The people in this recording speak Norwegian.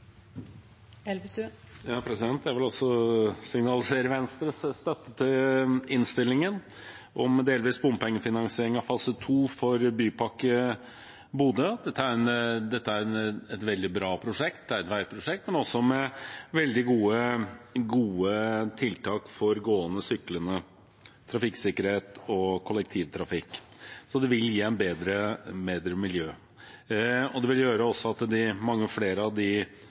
Jeg vil også signalisere Venstres støtte til innstillingen om delvis bompengefinansiering av Bypakke Bodø fase 2. Dette er et veldig bra prosjekt. Det er et veiprosjekt, med også veldig gode tiltak for gående og syklende, trafikksikkerhet og kollektivtrafikk. Dette vil gi et bedre miljø. Det vil gjøre at mange flere av de